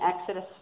Exodus